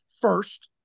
first